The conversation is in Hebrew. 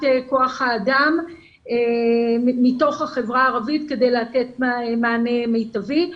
כוח האדם מתוך החברה הערבית כדי לתת מענה מיטבי.